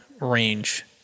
range